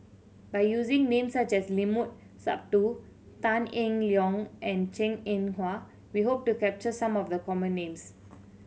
by using names such as Limat Sabtu Tan Eng Liong and Hwa we hope to capture some of the common names